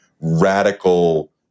radical